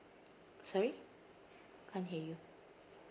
sorry can't hear you